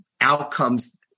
outcomes